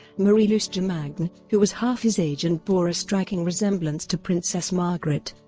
marie-luce jamagne, who was half his age and bore a striking resemblance to princess margaret.